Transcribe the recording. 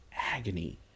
agony